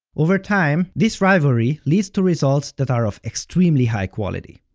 over time, this rivalry leads to results that are of extremely high quality.